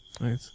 Right